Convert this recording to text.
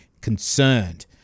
concerned